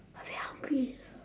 I very hungry